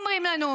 אומרים לנו,